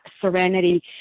serenity